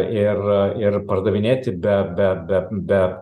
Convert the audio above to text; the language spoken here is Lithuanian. ir ir pardavinėti be be be be